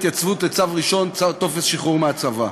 התייצבות לצו ראשון וטופס שחרור מהצבא.